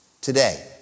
today